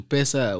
Pesa